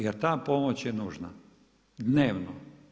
Jer ta pomoć je nužna, dnevno.